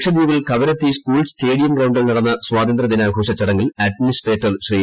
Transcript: ലക്ഷദ്വീപിൽ Kavaratti school stadium ഗ്രൌണ്ടിൽ നടന്ന സ്വാതന്ത്രൃ ദിനാഘോഷ ചടങ്ങിൽ അഡ്മിനിസ്ട്രേറ്റർ ശ്രീ